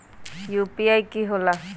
UPI कि होला?